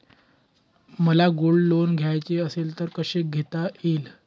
मला gold loan घ्यायचे असेल तर कसे घेता येईल?